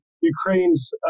Ukraine's